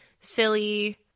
Silly